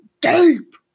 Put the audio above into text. deep